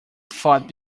thought